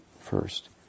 first